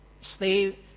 stay